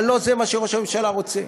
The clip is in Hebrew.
אבל לא זה מה שראש הממשלה רוצה.